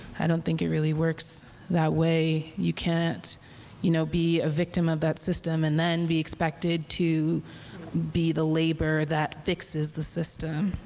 i don't think it really works that way. you can't you can't know be a victim of that system and then be expected to be the labor that fixes the system.